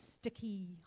sticky